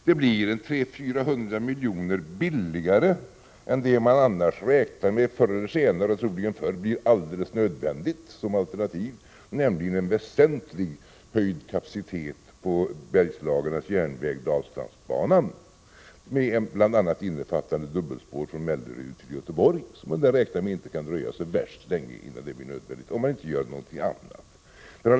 Det blir 300-400 miljoner billigare än det som man annars räknar med förr eller senare — troligen förr — blir alldeles nödvändigt som alternativ, nämligen en väsentligt höjd kapacitet på Bergslagernas järnvägar — Dalslandsbanan, bl.a. innefattande dubbelspår från Mellerud till Göteborg; man räknar med att det inte kan dröja så värst länge innan det blir nödvändigt, om man inte gör någonting annat.